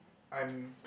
I'm